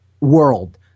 world